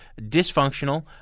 dysfunctional